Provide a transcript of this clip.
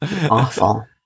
Awful